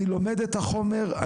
אני לומד את החומר,